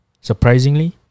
Surprisingly